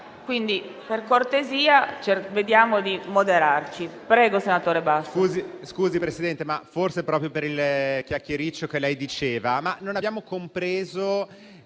Quindi, per cortesia, cerchiamo di moderarci.